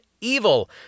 Evil